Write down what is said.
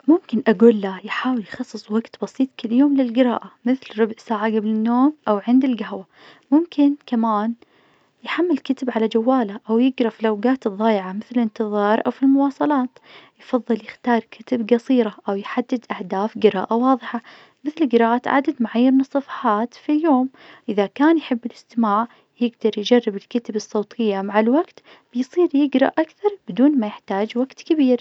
ممكن أقوله يحاول يخصص وقت بسيط كل يوم للجراءة, مثل ربع ساعة قبل النوم, أو عند القهوة, ممكن كمان يحمل كتب على جواله, أو يقرا فلوقات الضايعة, مثل انتظار أو في المواصلات, يفضل يختار كتب قصيرة, أو يحدد أهداف قراءة واضحة, مثل قراءة عدد معين من الصفحات في اليوم, إذا كان يحب الاستماع, يقدر يجرب الكتب الصوتية, مع الوقت بيصير يقرا أكثر بدون ما يحتاج وقت كبير.